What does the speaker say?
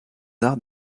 arts